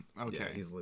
Okay